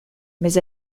mais